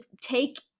take